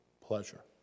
pleasure